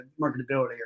marketability